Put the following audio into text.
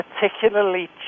particularly